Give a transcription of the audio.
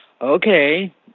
okay